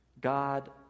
God